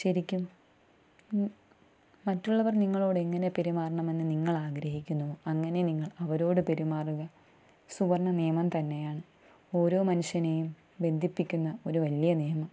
ശരിക്കും മറ്റുള്ളവർ നിങ്ങളോട് എങ്ങനെ പെരുമാറണമെന്നു നിങ്ങൾ ആഗ്രഹിക്കുന്നുവോ അങ്ങനെ നിങ്ങൾ അവരോടു പെരുമാറുക സുവർണ്ണ നിയമം തന്നെയാണ് ഓരോ മനുഷ്യനെയും ബന്ധിപ്പിക്കുന്ന ഒരു വലിയ നിയമം